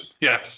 Yes